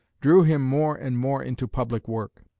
drew him more and more into public work,